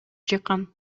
чыккан